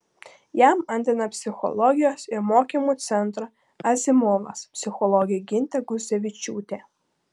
jam antrina psichologijos ir mokymų centro azimovas psichologė gintė gudzevičiūtė